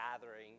gathering